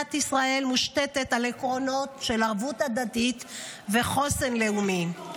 מדינת ישראל מושתתת על עקרונות של ערבות הדדית וחוסן לאומי.